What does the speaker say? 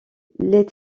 les